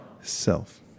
self